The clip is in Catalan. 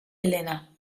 helena